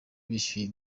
bishyuye